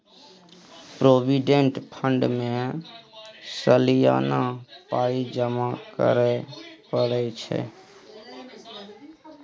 provident fund मे सलियाना पाइ जमा करय परय छै